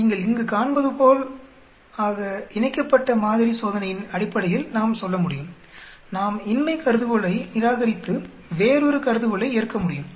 நீங்கள் இங்கு காண்பதுபோல் ஆக இணைக்கப்பட்ட மாதிரி சோதனையின் அடிப்படையில் நாம் சொல்ல முடியும் நாம் இன்மை கருதுகோளை நிராகரித்து வேறொரு கருதுகோளை ஏற்க முடியும்